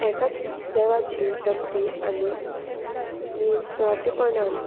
एकाच देवाची भक्ती आनी निस्वार्थीपणान